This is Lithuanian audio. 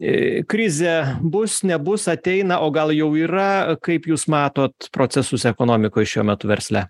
krizė bus nebus ateina o gal jau yra kaip jūs matot procesus ekonomikoj šiuo metu versle